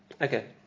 Okay